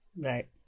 Right